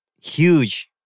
huge